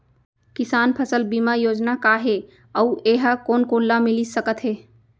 किसान फसल बीमा योजना का हे अऊ ए हा कोन कोन ला मिलिस सकत हे?